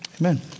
Amen